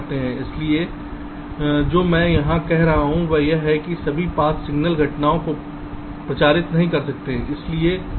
इसलिए जो मैं यहां कह रहा हूं वह यह है कि सभी पथ सिग्नल घटनाओं को प्रचारित नहीं कर सकते हैं